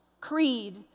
creed